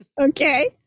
Okay